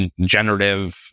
Generative